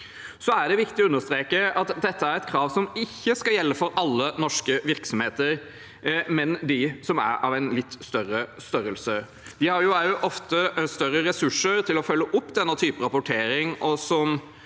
Det er viktig å understreke at dette er et krav som ikke skal gjelde for alle norske virksomheter, men de som er av en litt større størrelse. De har ofte også større ressurser til å følge opp slik rapportering